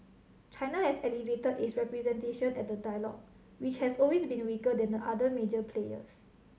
China has elevated its representation at the dialogue which has always been weaker than the other major players